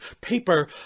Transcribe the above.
Paper